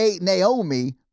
Naomi